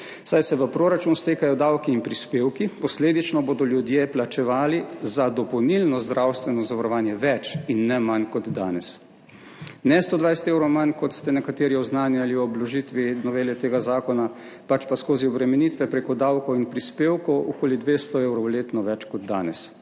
saj se v proračun stekajo davki in prispevki. Posledično bodo ljudje plačevali za dopolnilno zdravstveno zavarovanje več in ne manj kot danes, ne 120 evrov manj kot ste nekateri oznanjali ob vložitvi novele tega zakona, pač pa skozi obremenitve preko davkov in prispevkov okoli 200 evrov letno več kot danes.